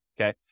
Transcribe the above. okay